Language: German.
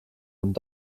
und